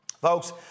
Folks